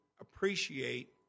appreciate